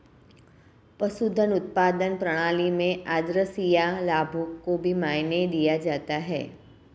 पशुधन उत्पादन प्रणाली में आद्रशिया लाभों को भी मायने दिया जाता है